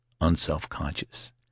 unselfconscious